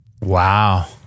Wow